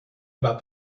about